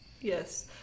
yes